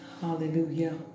Hallelujah